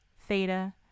theta